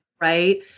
Right